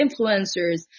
influencers